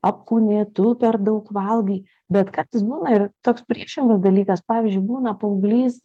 apkūni tu per daug valgai bet kartais būna ir toks priešingas dalykas pavyzdžiui būna paauglys